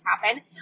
happen